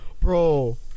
Bro